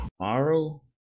tomorrow